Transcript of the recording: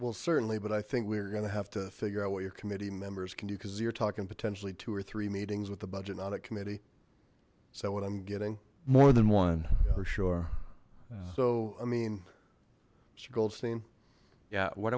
well certainly but i think we're gonna have to figure out what your committee members can do because you're talking potentially two or three meetings with the budget not a committee so what i'm getting more than one sure so i mean